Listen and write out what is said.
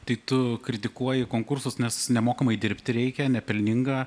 tai tu kritikuoji konkursus nes nemokamai dirbti reikia nepelninga